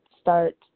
start